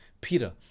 Peter